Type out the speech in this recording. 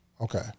Okay